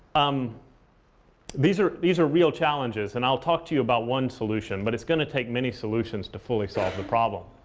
um these are these are real challenges, and i'll talk to you about one solution. but it's going to take many solutions to fully solve the problem.